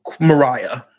Mariah